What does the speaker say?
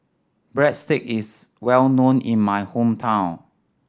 breadsticks is well known in my hometown